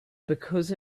because